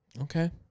Okay